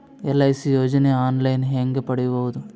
LIC ಯೋಜನೆ online ಹೇಂಗ ಪಡಿಬಹುದು?